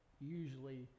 usually